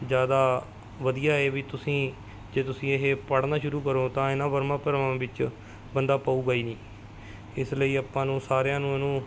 ਜ਼ਿਆਦਾ ਵਧੀਆ ਹੈ ਵੀ ਤੁਸੀਂ ਜੇ ਤੁਸੀਂ ਇਹ ਪੜ੍ਹਨਾ ਸ਼ੁਰੂ ਕਰੋ ਤਾਂ ਇਹਨਾਂ ਵਰਮਾਂ ਭਰਮਾਂ ਵਿੱਚ ਬੰਦਾ ਪਊਗਾ ਹੀ ਨਹੀਂ ਇਸ ਲਈ ਆਪਾਂ ਨੂੰ ਸਾਰਿਆਂ ਨੂੰ ਇਹਨੂੰ